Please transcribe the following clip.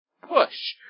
push